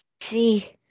see